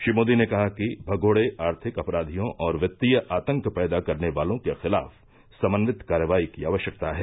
श्री मोदी ने कहा कि भगोड़े आर्थिक अपराधियों और वित्तीय आतंक पैदा करने वालों के खिलाफ समन्वित कार्रवाई की आवश्यकता है